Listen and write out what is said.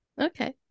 Okay